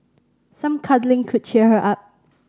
some cuddling could cheer her up